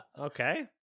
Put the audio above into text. okay